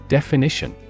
Definition